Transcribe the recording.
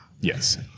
yes